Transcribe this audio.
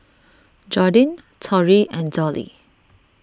Jordyn Torrey and Dollie